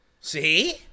See